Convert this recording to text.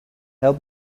help